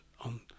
on